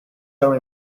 are